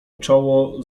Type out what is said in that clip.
czoło